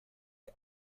der